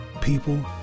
people